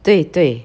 对对